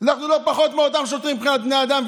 אנחנו לא פחות מאותם שוטרים מבחינת בני אדם,